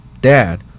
Dad